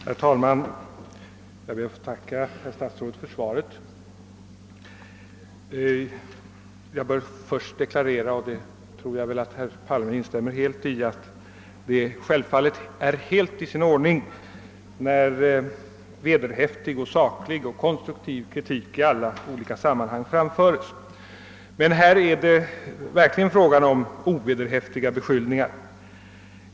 Herr talman! Jag ber att få tacka statsrådet för svaret. Först vill jag deklarera — och det tror jag att herr Palme instämmer helt i — att det självfallet är helt i sin ordning att vederhäftig, saklig och konstruktiv kritik framföres i olika sammanhang. Men här är det verkligen fråga om ovederhäftiga beskyllningar.